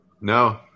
No